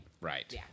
Right